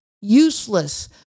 useless